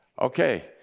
Okay